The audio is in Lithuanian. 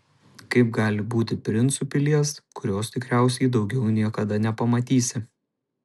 kaip gali būti princu pilies kurios tikriausiai daugiau niekada nepamatysi